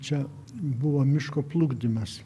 čia buvo miško plukdymas